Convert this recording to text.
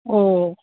oh